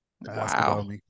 Wow